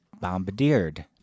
bombarded